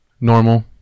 normal